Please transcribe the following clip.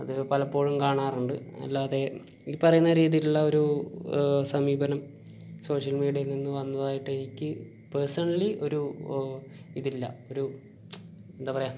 അത് പലപ്പോഴും കാണാറുണ്ട് അല്ലാതെ ഈ പറയുന്ന രീതിയിലുള്ളൊരു സമീപനം സോഷ്യൽ മീഡിയയിൽ നിന്ന് വന്നതായിട്ടെനിക്ക് പേഴ്സൺലി ഒരു ഇതില്ല ഒരു എന്താ പറയാ